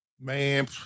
Man